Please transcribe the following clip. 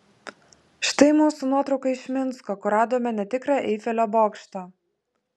štai mūsų nuotrauka iš minsko kur radome netikrą eifelio bokštą